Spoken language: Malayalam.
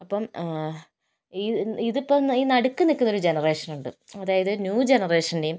അപ്പം ഇതിപ്പം ഈ നടുക്ക് നിൽക്കുന്ന ഈ ജനറേഷൻ ഉണ്ടല്ലോ അതായത് ന്യൂ ജനറേഷൻ്റെയും